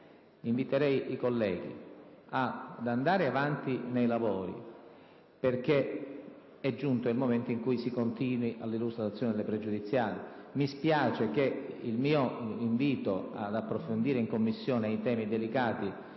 inviterei i colleghi ad andare avanti nei lavori, perché è giunto il momento di continuare nell'illustrazione delle pregiudiziali. Mi spiace che il mio invito ad approfondire in Commissione dei temi delicati